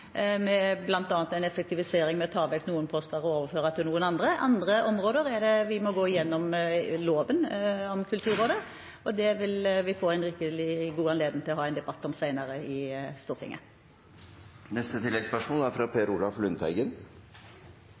en effektivisering ved å ta vekk noen poster og overføre til andre. På andre områder må vi gå gjennom loven om Kulturrådet, og det vil vi få rikelig og god anledning til å ha en debatt om senere i Stortinget. Per Olaf Lundteigen – til oppfølgingsspørsmål. «Frihet» og «frihetsreformer» er